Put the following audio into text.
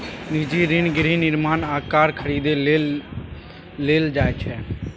निजी ऋण गृह निर्माण आ कार खरीदै लेल लेल जाइ छै